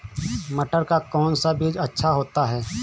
मटर का कौन सा बीज अच्छा होता हैं?